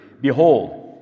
behold